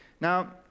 Now